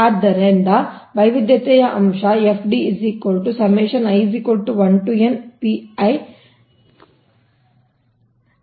ಆದ್ದರಿಂದ ವೈವಿಧ್ಯತೆಯ ಅಂಶ FD ಸಮಾನವಾಗಿದೆ